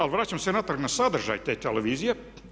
Ali vraćam se natrag na sadržaj te televizije.